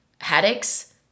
headaches